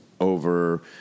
over